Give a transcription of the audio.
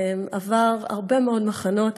עבר הרבה מאוד מחנות